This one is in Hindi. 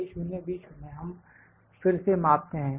A 0 B 0 हम फिर से मापते हैं